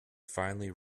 finally